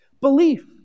belief